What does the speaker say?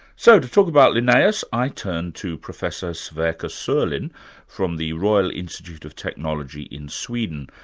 so to talk about linnaeus, i turned to professor sverker sorlin from the royal institute of technology in sweden,